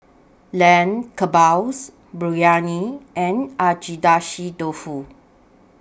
Lamb Kebabs Biryani and Agedashi Dofu